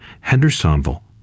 Hendersonville